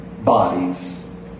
bodies